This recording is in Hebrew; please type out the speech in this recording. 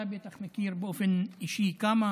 אתה בטח מכיר באופן אישי כמה,